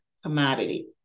commodity